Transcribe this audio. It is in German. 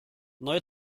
neu